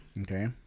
Okay